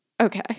Okay